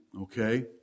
okay